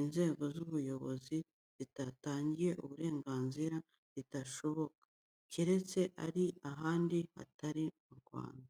inzego z'ubuyobozi zitatangiye uburenganzira ritashoboka, keretse ari ahandi hatari mu Rwanda.